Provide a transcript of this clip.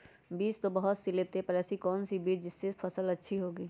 बीज तो बहुत सी लेते हैं पर ऐसी कौन सी बिज जिससे फसल अच्छी होगी?